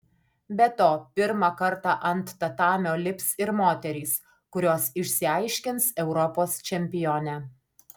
be to pirmą kartą ant tatamio lips ir moterys kurios išsiaiškins europos čempionę